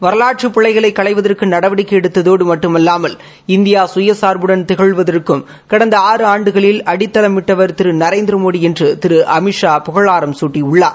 வரலாற்று பிழைகளை களைவதற்கு நடவடிக்கை எடுத்ததோடு மட்டுமல்லாமல் இந்தியா கயசாா்புடன் திகழ்வதற்கும் கடந்த ஆறு ஆண்டுளில் அடித்தளமிட்டவர் திரு நரேந்திரமோடி என்று திரு அமித்ஷா புகழாரம் குட்டியுள்ளார்